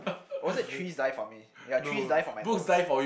or was it trees die for me ya trees die for my notes